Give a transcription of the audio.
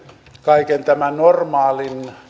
kaiken normaalin